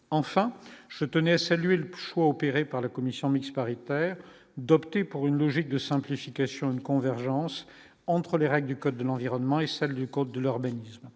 enfin, je tenais à saluer l'pour choix opéré par la commission mixte paritaire d'opter pour une logique de simplification une convergence entre les règles du code de l'environnement et celle du code de l'organisme,